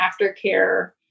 aftercare